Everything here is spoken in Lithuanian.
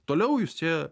toliau jūs čia